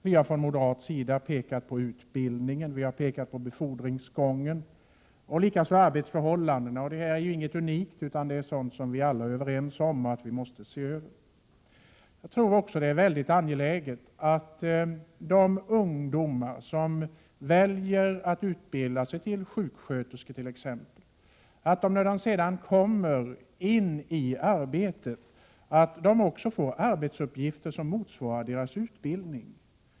Vi har från moderat sida pekat på utbildningen, vi har pekat på befordringsgången liksom arbetsförhållandena. Det här är inget unikt, utan det är sådant som vi alla är överens om att vi måste se över. Jag tror också att det är mycket angeläget att de ungdomar som väljer att utbilda sig till exempelvis sjuksköterskor när de sedan kommer in i arbetet också får arbetsuppgifter som motsvarar deras utbildning.